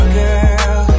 girl